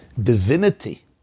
divinity